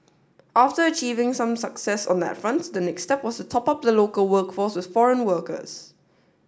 after achieving some success on that front the next step was to top up the local workforce with foreign workers